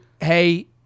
hey